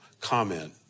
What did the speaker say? comment